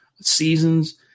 seasons